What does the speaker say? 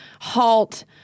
halt